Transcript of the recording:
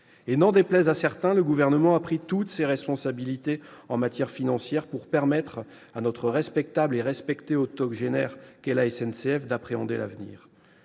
N'en déplaise à certains, le Gouvernement a pris toutes ses responsabilités en matière financière pour permettre à cette octogénaire respectable et respectée qu'est la SNCF d'appréhender l'avenir.